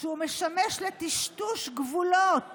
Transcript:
והוא משמש לטשטוש גבולות